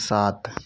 सात